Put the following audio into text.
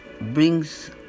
brings